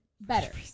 Better